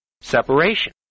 separation